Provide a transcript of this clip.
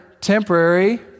temporary